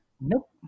Nope